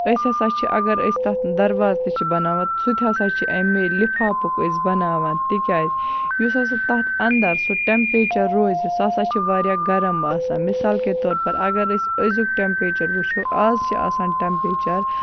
أسۍ ہسا چھِ اگر أسۍ تَتھ دَرواز تہِ چھِ بَناوان سُہ تہِ ہسا چھِ امے لِفافُک أسۍ بَناوان تِکیازِ یُس ہسا تَتھ اَنٛدر سُہ ٹیٚمپیچر روزِ سُہ ہسا چھُ واریاہ گرم آسان مِثال کے طور پر اگر أسۍ أزیُک ٹیٚمپیچر وٕچھو آز چھِ آسان ٹیٚمپیچر